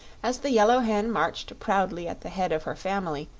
as the yellow hen marched proudly at the head of her family,